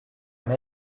and